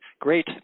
great